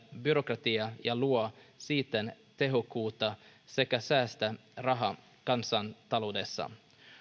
byrokratiaa ja luo siten tehokkuutta sekä säästää rahaa kansantaloudessa